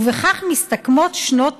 ובכך מסתכמות שנות